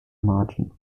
margin